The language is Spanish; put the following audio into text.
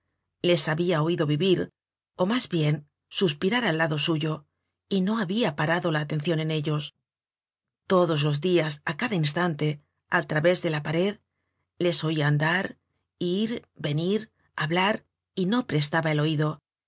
les habia oido vivir ó mas bien suspirar al lado suyo y no habia parado la atencion en ellos todos los dias á cada instante al través de la pared les oia andar ir venir hablar y no prestaba el oido